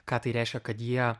ką tai reiškia kad jie